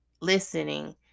listening